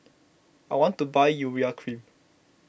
I want to buy Urea Cream